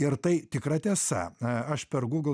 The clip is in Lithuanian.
ir tai tikra tiesa aš per google